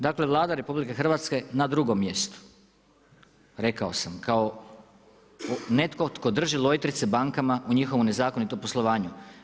Dakle, Vlada RH na drugom mjestu, rekao sam kao netko tko drži lojtrice bankama u njihovom nezakonitom poslovanju.